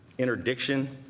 interdiction,